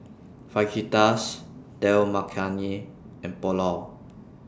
Fajitas Dal Makhani and Pulao